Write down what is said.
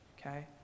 Okay